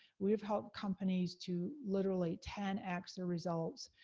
we have helped companies to literally ten x the results,